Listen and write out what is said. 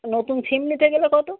নতুন সিম নিতে গেলে কত